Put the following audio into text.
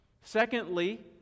Secondly